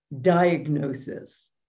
diagnosis